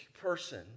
person